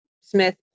Smith